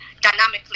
dynamically